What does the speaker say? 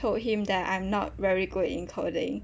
told him that I'm not very good in coding